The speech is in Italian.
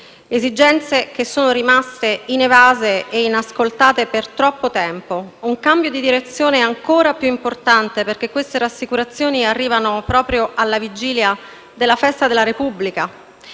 esigenze che sono rimaste inevase e inascoltate per troppo tempo. È un cambio di direzione ancora più importante perché le sue rassicurazioni arrivano proprio alla vigilia della festa della Repubblica,